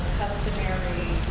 customary